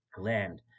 land